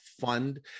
fund